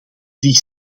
die